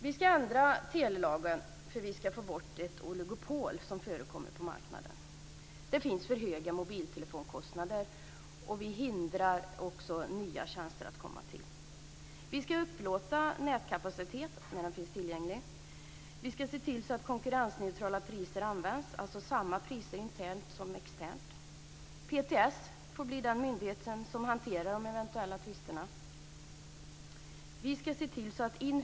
Vi ska ändra telelagen, för vi ska få bort ett oligopol som förekommer på marknaden. Det är för höga mobiltelefonkostnader, och vi hindrar också nya tjänster att komma till. Vi ska upplåta nätkapacitet när den finns tillgänglig. Vi ska se till att konkurrensneutrala priser används, dvs. samma priser internt och externt. PTS får bli den myndighet som hanterar de eventuella tvisterna.